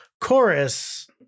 Chorus